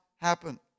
happen